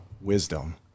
wisdom